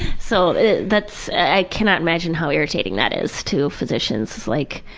so that's. i can not imagine how irritating that is to physicians like,